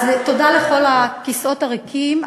אז, תודה לכל הכיסאות הריקים.